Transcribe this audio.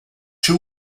two